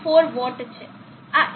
4 vote છે